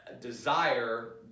desire